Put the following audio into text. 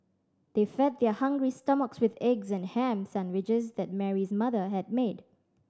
they fed their hungry stomachs with eggs and ham sandwiches that Mary's mother had made